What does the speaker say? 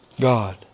God